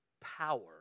power